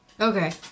Okay